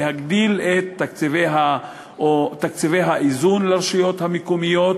להגדיל את תקציבי האיזון לרשויות המקומיות